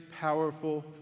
powerful